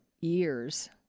years